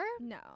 No